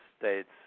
states